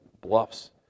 bluffs